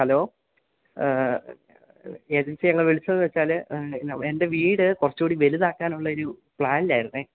hello agency എന്നാ വിളിച്ചതെന്ന് വെച്ചാൽ എൻറ്റെ വീട് കുറച്ചുകൂടി വലുതാക്കാനുള്ള ഒരു പ്ലാനിലായിരുന്നെ